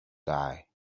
die